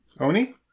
Oni